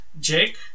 Jake